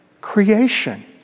creation